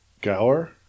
Gower